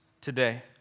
today